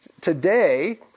Today